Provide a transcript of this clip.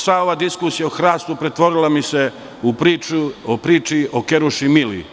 Sva ova diskusija o hrastu pretvorila se o priči o keruši Mili.